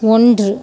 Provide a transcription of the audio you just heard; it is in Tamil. ஒன்று